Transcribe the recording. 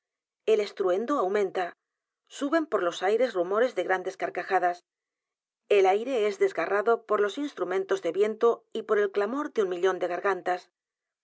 el estruendo aumenta suben por los aires rumores de grandes carcajadas el a i r e e s desgarrado por los instrumentos de viento y por el clamor de un millón de